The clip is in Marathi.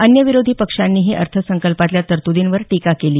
अन्य विरोधी पक्षांनीही अर्थसंकल्पातल्या तरतुदींवर टीका केली